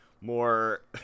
More